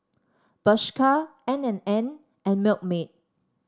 Bershka N And N and Milkmaid